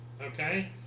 Okay